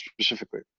specifically